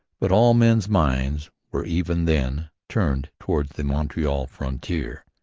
but all men's minds were even then turned towards the montreal frontier,